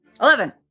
Eleven